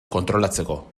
kontrolatzeko